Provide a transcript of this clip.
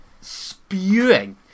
spewing